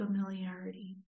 familiarity